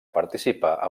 participar